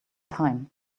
time